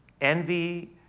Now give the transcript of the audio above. envy